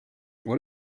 what